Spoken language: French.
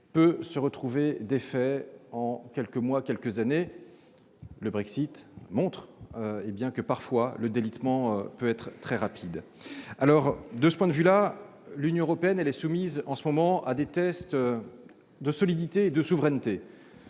peut se retrouver défait en quelques mois ou quelques années. Le Brexit montre que le délitement peut être parfois très rapide. L'Union européenne est soumise en ce moment à des tests de solidité et de souveraineté,